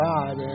God